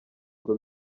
ngo